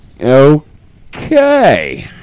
Okay